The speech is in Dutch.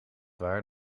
waar